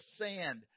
sand